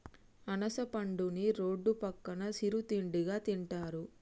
అనాస పండుని రోడ్డు పక్కన సిరు తిండిగా తింటారు